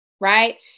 right